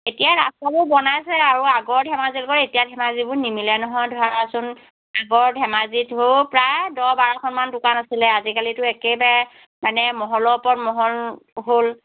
এতিয়া ৰাস্তাবোৰ বনাইছে আৰু আগৰ ধেমাজিৰ লগত এতিয়াৰ ধেমাজিবোৰ নিমিলে নহয় ধৰাচোন আগৰ ধেমাজিত সৌ প্ৰায় দহ বাৰখনমান দোকান আছিলে আজিকালিতো একেবাৰে মানে মহলৰ ওপৰত মহল হ'ল